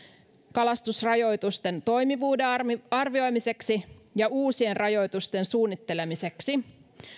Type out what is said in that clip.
kalastusrajoitusten toimivuuden arvioimiseksi ja uusien rajoitusten suunnittelemiseksi